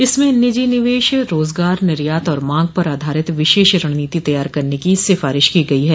इसमें निजी निवेश रोजगार निर्यात और मांग पर आधारित विशेष रणनीति तैयार करने की सिफारिश की गई है